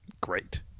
Great